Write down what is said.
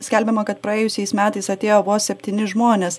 skelbiama kad praėjusiais metais atėjo vos septyni žmonės